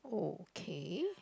okay